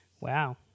Wow